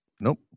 nope